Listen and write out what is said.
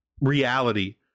reality